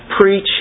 preach